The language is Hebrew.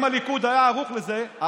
אם הליכוד היה ערוך לזה,